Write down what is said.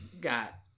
got